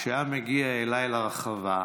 כשהיה מגיע אליי לרחבה,